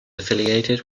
affiliated